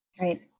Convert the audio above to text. Right